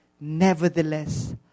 nevertheless